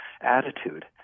attitude